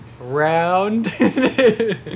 Round